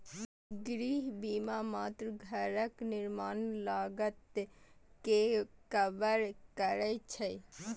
गृह बीमा मात्र घरक निर्माण लागत कें कवर करै छै